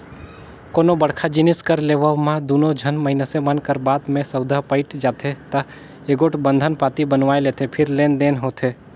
कोनो बड़का जिनिस कर लेवब म दूनो झन मइनसे मन कर बात में सउदा पइट जाथे ता एगोट बंधन पाती बनवाए लेथें फेर लेन देन होथे